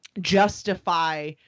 justify